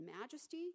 majesty